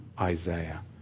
Isaiah